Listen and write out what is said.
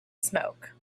smoke